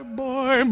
boy